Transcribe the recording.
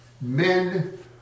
Men